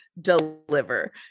deliver